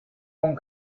one